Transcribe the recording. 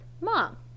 Mom